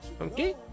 okay